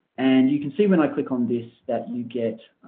and you can see when i click on this that you get